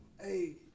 hey